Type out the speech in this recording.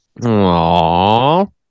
Aww